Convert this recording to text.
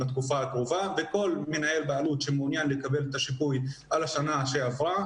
כל מנהל בעלות שמעוניין לקבל את השיפוי על השנה שעברה,